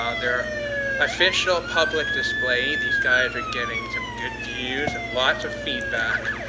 ah their official public display. these guys are getting some good views, and lots of feedback.